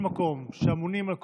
לכם: שאפו גדול, אתם אנשים נהדרים.